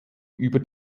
über